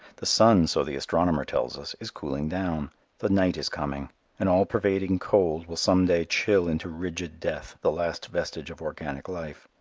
the sun, so the astronomer tells us, is cooling down the night is coming an all-pervading cold will some day chill into rigid death the last vestige of organic life.